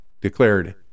declared